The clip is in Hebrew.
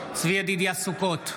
צבי ידידיה סוכות,